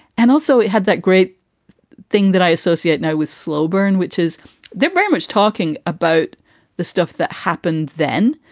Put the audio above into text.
and also, it had that great thing that i associate now with slow burn, which is they're very much talking about the stuff that happened then.